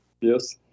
Yes